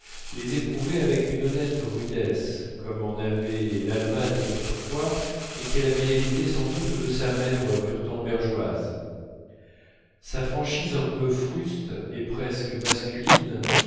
les éprouvait avec une honnête rudesse comme en avait l'allemagne d'autrefois et qu'elle avait hérités sans doute de sa mère wurtembergeoise sa franchise un peu fruste et presque masculine